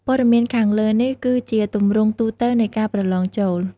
ព័ត៌មានខាងលើនេះគឺជាទម្រង់ទូទៅនៃការប្រឡងចូល។